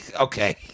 okay